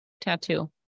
tattoo